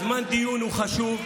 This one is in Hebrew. זמן הדיון הוא חשוב.